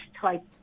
type